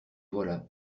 voilà